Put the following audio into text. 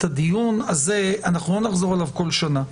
על הדיון הזה לא נחזור בכל שנה,